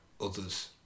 others